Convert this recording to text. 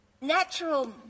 natural